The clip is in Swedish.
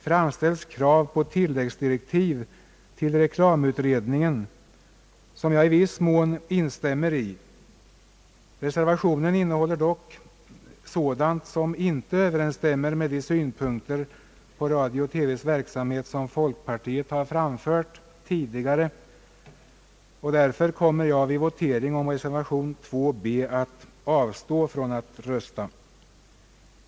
framställs krav på tilläggsdirektiv till reklamutredningen, och jag instämmer i viss mån i dem, Reservationen innehåller dock även sådant som inte överensstämmer med de synpunkter på radiooch TV-verksamhet som folkpartiet tidigare framfört. Därför kommer jag vid voteringenom reservation b att avstå från att rösta.